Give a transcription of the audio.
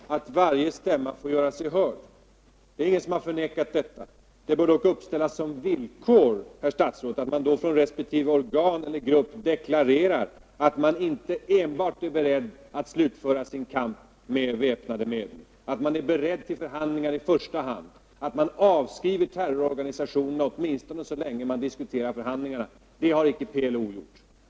Herr talman! Regeringen menar att det är viktigt att varje stämma får göra sig hörd. Det är ingen som har förnekat detta. Det bör dock uppställas som villkor, herr statsråd, att man från respektive organ eller grupp deklarerar att man inte är inställd på att slutföra sin kamp enbart med väpnade medel, att man är beredd till förhandlingar i första hand, att man avskriver terroraktionerna åtminstone så länge man diskuterar och förhandlar. Det har icke PLO gjort.